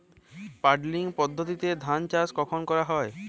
Puddling পদ্ধতিতে ধান চাষ কখন করা হয়?